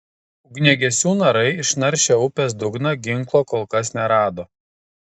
ugniagesių narai išnaršę upės dugną ginklo kol kas nerado